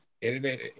Internet